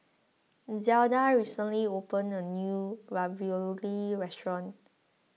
Zelda recently opened a new Ravioli restaurant